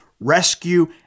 rescue